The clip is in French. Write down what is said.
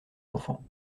l’enfant